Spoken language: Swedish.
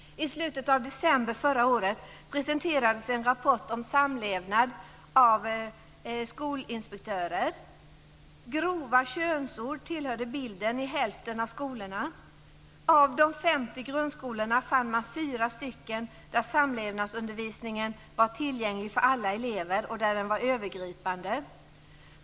I slutet av december förra året presenterades en rapport om samlevnad av skolinspektörer. Grova könsord tillhörde bilden i hälften av skolorna. Av de 50 grundskolorna fann man 4 där samlevnadsundervisningen var tillgänglig för alla elever och där den var övergripande.